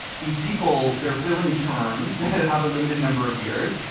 these people, they're filling terms that have a limited number of years.